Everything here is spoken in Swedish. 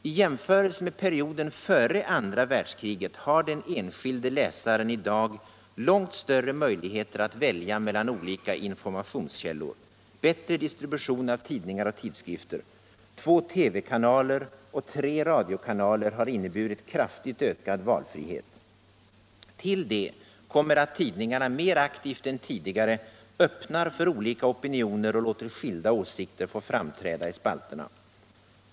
I jämförelse med perioden före andra världskriget har den enskilde läsaren i dag långt större möjligheter att välja mellan olika informationskällor: bättre distribution av tidningar och tidskrifter, två TV-kanaler och tre radiokanaler har inneburit kraftigt ökad valfrihet. Till detta kommer att tidningarna mer aktivt än tidigare öppnar sig för olika opinioner och låter skilda åsikter få framträda i spalterna.